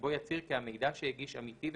שבו יצהיר כי המידע שהגיש אמיתי ושלם,